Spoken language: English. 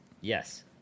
Yes